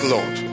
Lord